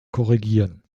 korrigieren